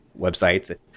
websites